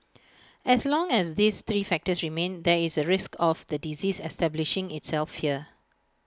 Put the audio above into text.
as long as these three factors remain there is A risk of the disease establishing itself here